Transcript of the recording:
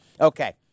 Okay